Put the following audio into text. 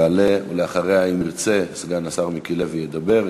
תעלה, ואחריה, אם ירצה, סגן השר מיקי לוי ידבר.